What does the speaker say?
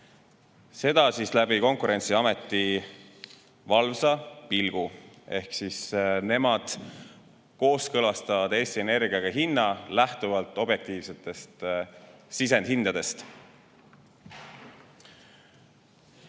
seda Konkurentsiameti valvsa pilgu abil. Nemad kooskõlastavad Eesti Energiaga hinna lähtuvalt objektiivsetest sisendhindadest.